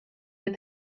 with